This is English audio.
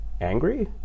angry